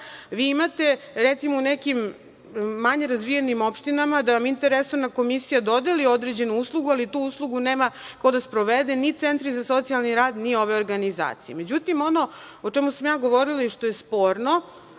vi imate, recimo, u nekim manje razvijenim opštinama da vam interresorna komisija dodeli određenu uslugu, ali tu uslugu nema ko da sprovede, ni centri za socijalni rad, ni ove organizacije. Ono o čemu sam ja govorila i što je sporno